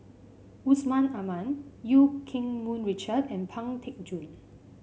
Yusman Aman Eu Keng Mun Richard and Pang Teck Joon